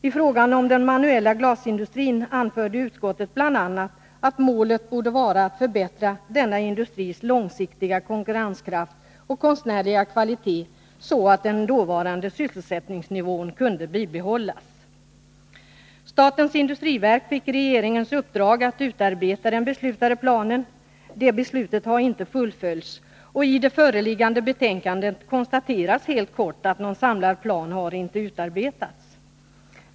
I fråga om den manuella glasindustrin anförde utskottet bl.a. att målet borde vara att förbättra denna industris långsiktiga konkurrenskraft och konstnärliga kvalitet så att den dåvarande sysselsättningsnivån kunde bibehållas. Statens industriverk fick regeringens uppdrag att utarbeta den beslutade planen. Detta beslut har inte fullföljts, och i det föreliggande betänkandet konstateras helt kort att någon samlad plan inte har utarbetats.